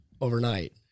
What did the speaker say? overnight